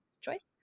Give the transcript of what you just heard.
choice